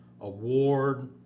award